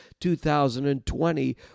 2020